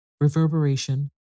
reverberation